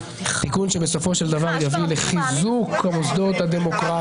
תיקון שבסופו של דבר יביא לחיזוק המוסדות הדמוקרטיים.